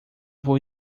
vou